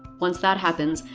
once that happens,